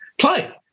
play